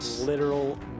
Literal